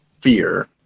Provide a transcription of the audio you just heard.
fear